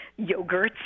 yogurts